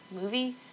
movie